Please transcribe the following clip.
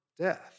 death